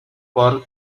for